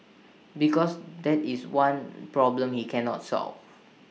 because that is one problem he cannot solve